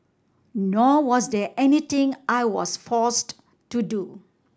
nor was there anything I was forced to do